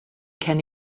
can